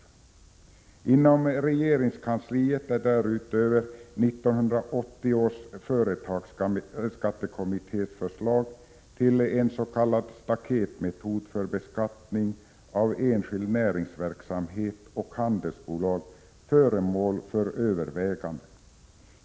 Inom regeringskansliet är därutöver 1980 års företagsskattekommittés förslag till en s.k. staketmetod för beskattning av enskild näringsverksamhet och handelsbolag föremål för överväganden.